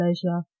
pleasure